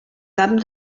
camp